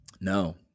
No